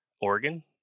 oregon